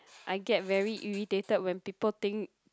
I get very irritated when people think